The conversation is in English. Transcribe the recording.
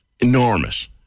enormous